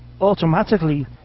automatically